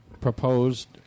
proposed